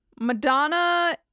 Madonna